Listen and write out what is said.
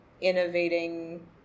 innovating